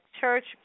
church